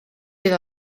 bydd